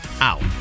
out